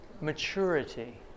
Maturity